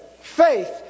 faith